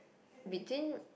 between